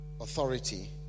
authority